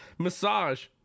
Massage